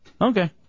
Okay